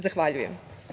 Zahvaljujem.